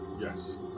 Yes